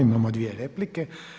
Imamo dvije replike.